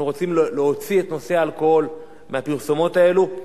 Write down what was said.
אנחנו רוצים להוציא את נושא האלכוהול מהפרסומות הללו.